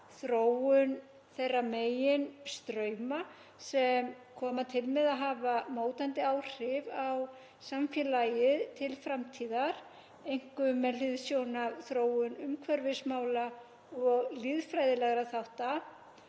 þróun þeirra meginstrauma sem koma til með að hafa mótandi áhrif á samfélagið til framtíðar, einkum með hliðsjón af þróun umhverfismála og lýðfræðilegra þátta,